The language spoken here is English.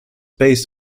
based